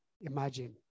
imagine